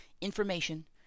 Information